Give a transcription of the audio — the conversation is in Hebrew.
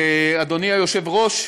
היושב-ראש,